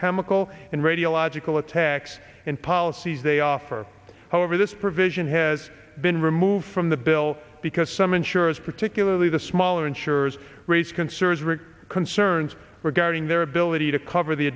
chemical and radiological attacks and policies they offer however this provision has been removed from the bill because some insurers particularly the smaller insurers raise concerns rick concerns regarding their ability to cover the